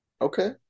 Okay